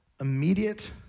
immediate